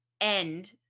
end